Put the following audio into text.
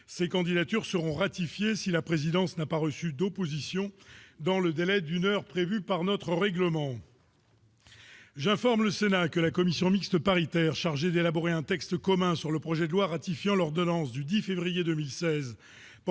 ces candidatures seront ratifiés si la présidence n'a pas reçu d'opposition dans le délai d'une heure prévue par notre règlement. J'informe le Sénat que la commission mixte paritaire chargée d'élaborer un texte commun sur le projet de loi ratifiant l'ordonnance du 10 février 2016